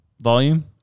Volume